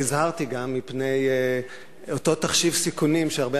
והזהרתי גם מפני אותו תחשיב סיכונים שהרבה